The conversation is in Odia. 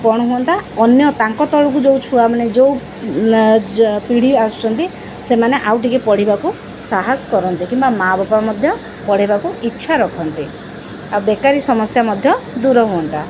କ'ଣ ହୁଅନ୍ତା ଅନ୍ୟ ତାଙ୍କ ତଳକୁ ଯେଉଁ ଛୁଆ ମାନେ ଯେଉଁ ପିଢ଼ି ଆସୁଛନ୍ତି ସେମାନେ ଆଉ ଟିକେ ପଢ଼ିବାକୁ ସାହସ କରନ୍ତି କିମ୍ବା ମା' ବାପା ମଧ୍ୟ ପଢ଼ାଇବାକୁ ଇଚ୍ଛା ରଖନ୍ତି ଆଉ ବେକାରୀ ସମସ୍ୟା ମଧ୍ୟ ଦୂର ହୁଅନ୍ତା